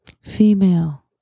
Female